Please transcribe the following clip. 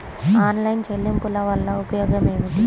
Online చెల్లింపుల వల్ల ఉపయోగమేమిటీ?